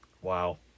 Wow